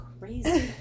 crazy